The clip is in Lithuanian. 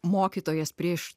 mokytojas prieš